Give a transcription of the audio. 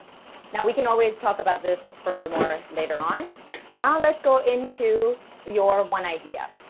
now, we can always talk about this further, more. later on so now. let's go into your one idea